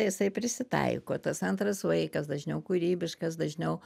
jisai prisitaiko tas antras vaikas dažniau kūrybiškas dažniau